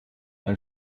ein